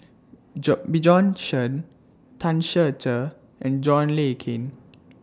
Joe Bjorn Shen Tan Ser Cher and John Le Cain